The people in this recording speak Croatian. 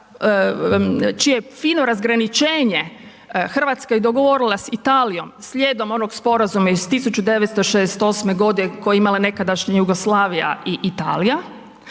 čije fino razgraničenje Hrvatska je dogovorila s Italijom slijedom onog sporazuma iz 1968. godine koje je imala nekadašnja Jugoslavija i Italija,